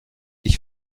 ich